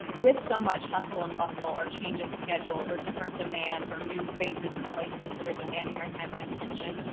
with so much hustle and bustle or change in schedules or different demands, or new faces and places that are demanding our time and attention,